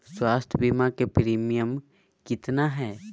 स्वास्थ बीमा के प्रिमियम कितना है?